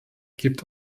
gibt